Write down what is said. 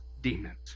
demons